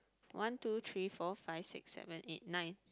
one two three four five six seven eight nine